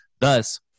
Thus